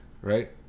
right